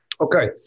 Okay